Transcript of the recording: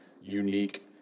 unique